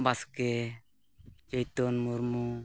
ᱵᱟᱥᱠᱮ ᱪᱳᱭᱛᱚᱱ ᱢᱩᱨᱢᱩ